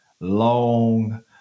long